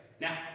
now